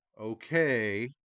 okay